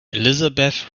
elizabeth